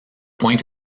point